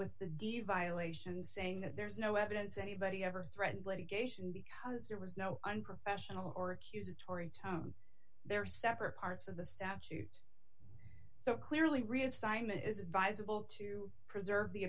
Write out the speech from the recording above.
with the evaluation saying that there's no evidence anybody ever threatened litigation because there was no unprofessional or accusatory tone there are separate parts of the statute so clearly reassignment is advisable to preserve the